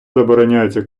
забороняється